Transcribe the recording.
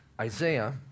Isaiah